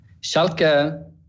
Schalke